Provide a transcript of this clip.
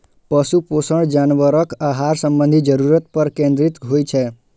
पशु पोषण जानवरक आहार संबंधी जरूरत पर केंद्रित होइ छै